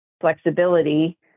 flexibility